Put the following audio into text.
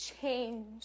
change